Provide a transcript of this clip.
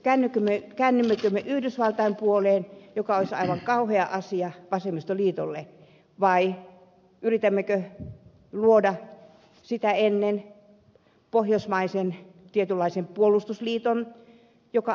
käännymmekö me yhdysvaltain puoleen mikä olisi aivan kauhea asia vasemmistoliitolle vai yritämmekö luoda sitä ennen tietynlaisen pohjoismaisen puolustusliiton joka auttaa